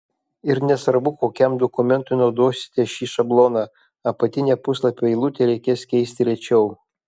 ir nesvarbu kokiam dokumentui naudosite šį šabloną apatinę puslapio eilutę reikės keisti rečiau